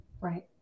Right